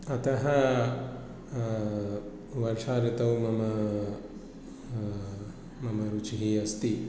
अतः वर्षा ऋतौ मम मम रुचिः अस्ति